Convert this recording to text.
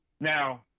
Now